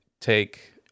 take